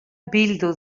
bildu